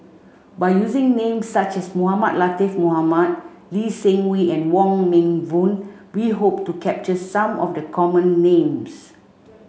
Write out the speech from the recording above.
by using names such as Mohamed Latiff Mohamed Lee Seng Wee and Wong Meng Voon we hope to capture some of the common names